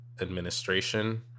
administration